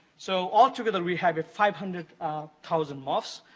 so, altogether, we have five hundred thousand mofs.